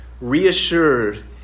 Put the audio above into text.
reassured